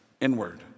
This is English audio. inward